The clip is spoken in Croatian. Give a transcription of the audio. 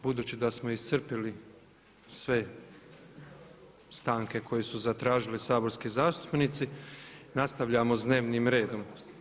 Budući da smo iscrpili sve stanke koje su zatražili saborski zastupnici, nastavljamo sa dnevnim redom.